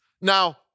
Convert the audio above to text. Now